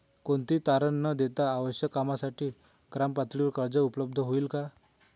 कोणतेही तारण न देता आवश्यक कामासाठी ग्रामपातळीवर कर्ज उपलब्ध होईल का?